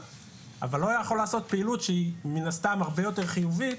אבל לא יכול לעשות פעילות שהיא מן הסתם הרבה יותר חיובית,